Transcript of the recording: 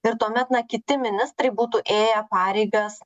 ir tuomet na kiti ministrai būtų ėję pareigas